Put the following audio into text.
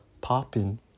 popping